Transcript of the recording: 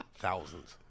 Thousands